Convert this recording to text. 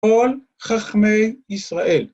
‫כל חכמי ישראל.